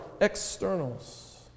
externals